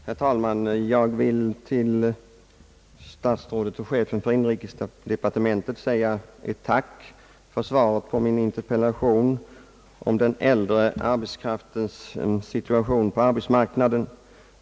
Herr talman! Jag ber att till statsrådet och chefen för inrikesdepartementet få framföra ett tack för svaret på min interpellation om den äldre arbetskraftens situation på arbetsmarknaden.